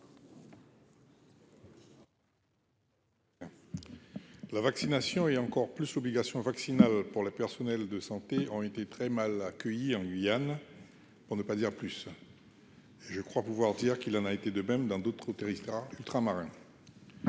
La vaccination est encore plus obligation vaccinale pour les personnels de santé ont été très mal accueillis en Guyane pour ne pas dire plus, je crois pouvoir dire qu'il en a été de même dans d'autre côté risquera ultramarins